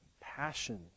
passion